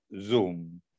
Zoom